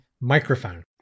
microphone